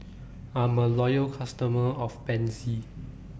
I'm A Loyal customer of Pansy